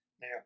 Now